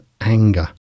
anger